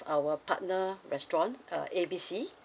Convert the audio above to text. our partner restaurant uh A B C